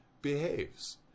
behaves